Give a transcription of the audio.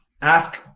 ask